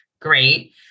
Great